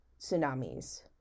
tsunamis